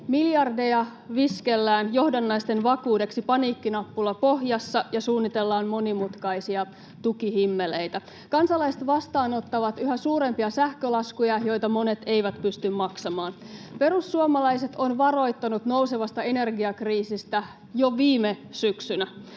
Miljardeja viskellään johdannaisten vakuudeksi paniikkinappula pohjassa ja suunnitellaan monimutkaisia tukihimmeleitä. Kansalaiset vastaanottavat yhä suurempia sähkölaskuja, joita monet eivät pysty maksamaan. Perussuomalaiset ovat varoittaneet nousevasta energiakriisistä jo viime syksynä.